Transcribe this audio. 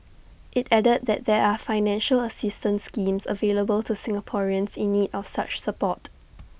IT added that there are financial assistance schemes available to Singaporeans in need of such support